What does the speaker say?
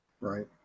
right